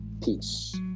Peace